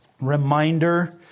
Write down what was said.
reminder